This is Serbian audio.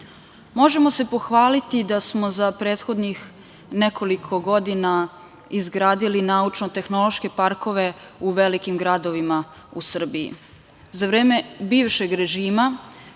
Možemo se pohvaliti da smo za prethodnih nekoliko godina izgradili naučno-tehnološke parkove u velikim gradovima u Srbiji.Za vreme bivšeg režima,